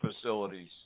facilities